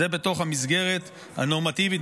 זה בתוך המסגרת הנורמטיבית,